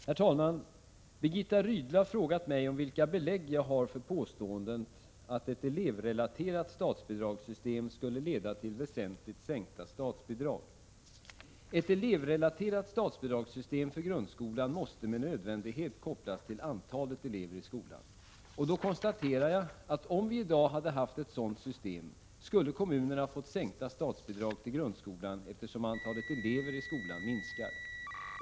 Herr talman! Birgitta Rydle har frågat mig vilka belägg jag har för påståendet att ett elevrelaterat statsbidragssystem skulle leda till väsentligt sänkta statsbidrag. Ett elevrelaterat statsbidragssystem för grundskolan måste med nödvändighet kopplas till antalet elever i skolan. Och då konstaterar jag att om vi i dag hade haft ett sådant system, skulle kommunerna ha fått sänkta statsbidrag till grundskolan eftersom antalet elever i skolan minskar.